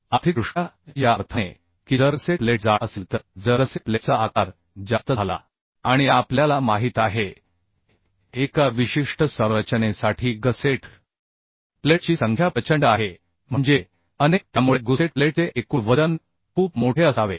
आर्थिकदृष्ट्या या अर्थाने की जर गसेट प्लेट जाड असेल तर जर गसेट प्लेटचा आकार जास्त झाला आणि आपल्याला माहित आहे की एका विशिष्ट संरचनेसाठी गसेट प्लेटची संख्या प्रचंड आहे म्हणजे अनेक त्यामुळे गुसेट प्लेटचे एकूण वजन खूप मोठे असावे